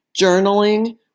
journaling